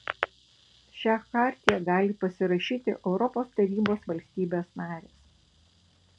šią chartiją gali pasirašyti europos tarybos valstybės narės